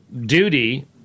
duty